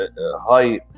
high